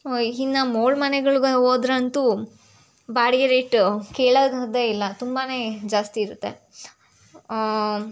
ಇನ್ನು ಮೋಲ್ಡ್ ಮನೆಗಳ್ಗೆ ಹೋದರಂತೂ ಬಾಡಿಗೆ ರೇಟ್ ಕೇಳೊ ಇಲ್ಲ ತುಂಬಾ ಜಾಸ್ತಿ ಇರುತ್ತೆ